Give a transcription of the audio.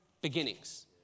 beginnings